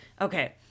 Okay